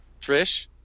Trish